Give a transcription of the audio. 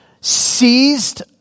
seized